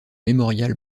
mémorial